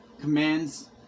commands